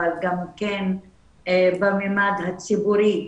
אבל גם בממד הציבורי,